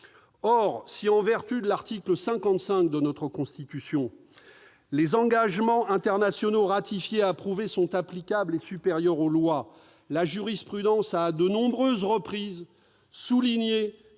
Or, si en vertu de l'article 55 de notre Constitution, les engagements internationaux ratifiés et approuvés sont applicables et supérieurs aux lois, la jurisprudence a, à de nombreuses reprises, souligné